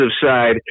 side